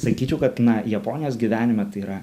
sakyčiau kad na japonijos gyvenime tai yra